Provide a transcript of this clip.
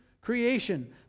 creation